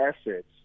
assets